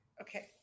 okay